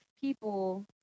people